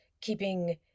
keeping